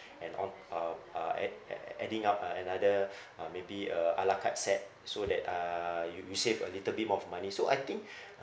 add on uh uh add add adding up uh another uh maybe a ala carte set so that uh you you save a little bit more of money so I think